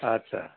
আচ্ছা